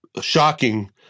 shocking